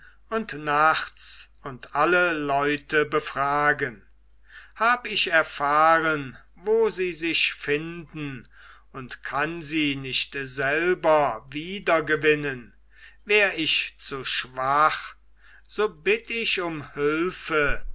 und nachts und alle leute befragen hab ich erfahren wo sie sich finden und kann sie nicht selber wiedergewinnen wär ich zu schwach so bitt ich um hilfe